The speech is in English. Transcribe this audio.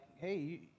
hey